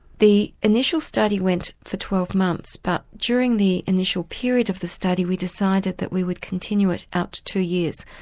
the initial study went for twelve months but during the initial period of the study we decided that we would continue it up to two years.